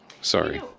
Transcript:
sorry